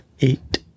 eight